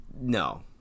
No